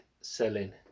selling